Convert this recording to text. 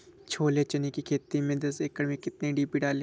छोले चने की खेती में दस एकड़ में कितनी डी.पी डालें?